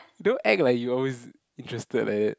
don't act like you always interested like that